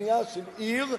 בנייה של עיר,